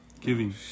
Giving